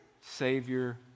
Savior